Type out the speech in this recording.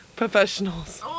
professionals